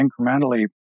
incrementally